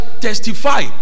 testify